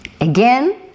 again